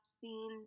seen